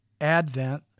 advent